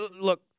Look